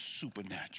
supernatural